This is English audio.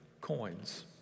coins